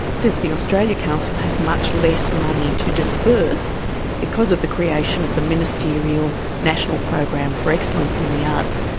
since the australia council has much less money to disperse because of the creation of the ministerial national program for excellence in the arts,